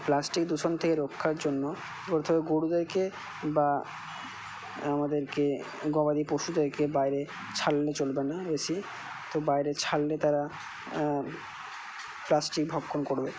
plastic দূষণ থেকে রক্ষার জন্য হবে গোরুদেরকে বা আমাদেরকে গবাদি পশুদেরকে বাইরে ছাড়লে চলবে না বেশি তো বাইরে ছাড়লে তারা প্লাস্টিক ভক্ষণ করবে